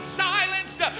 silenced